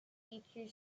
feature